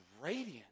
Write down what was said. radiant